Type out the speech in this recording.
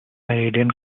meridian